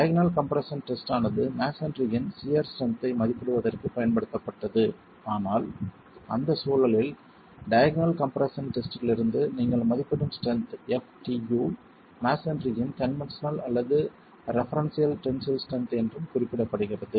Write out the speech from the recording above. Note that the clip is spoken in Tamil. டயாக்னல் கம்ப்ரெஸ்ஸன் டெஸ்ட் ஆனது மஸோன்றி இன் சியர் ஸ்ட்ரென்த் ஐ மதிப்பிடுவதற்குப் பயன்படுத்தப்பட்டது ஆனால் அந்தச் சூழலில் டயாக்னல் கம்ப்ரெஸ்ஸன் டெஸ்ட்டிலிருந்து நீங்கள் மதிப்பிடும் ஸ்ட்ரென்த் ftu மஸோன்றியின் கன்வென்ஷனல் அல்லது ரெபெரென்ஸ்ஸியல் டென்சில் ஸ்ட்ரென்த் என்றும் குறிப்பிடப்படுகிறது